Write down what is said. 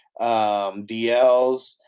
DLs